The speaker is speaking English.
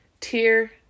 Tier